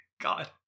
God